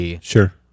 Sure